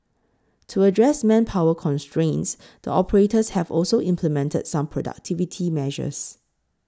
to address manpower constraints the operators have also implemented some productivity measures